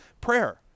prayer